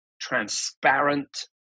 transparent